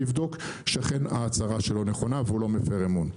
יבדוק שאכן ההצהרה שלו נכונה והוא לא מפר אמון.